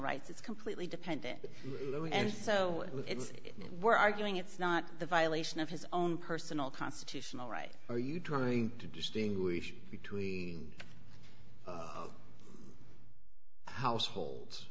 rights it's completely dependent and so it's we're arguing it's not a violation of his own personal constitutional right are you trying to distinguish between households